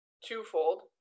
twofold